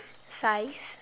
size